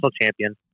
champion